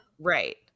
Right